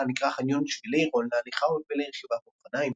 נקרא חניון "שבילי רון" להליכה ולרכיבה באופניים.